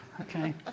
Okay